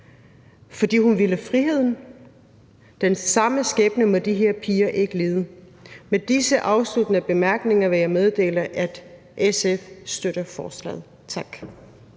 fordi hun ville friheden. Den samme skæbne må de her piger ikke lide. Med disse afsluttende bemærkninger vil jeg meddele, at SF støtter forslaget. Tak.